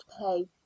pay